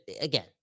Again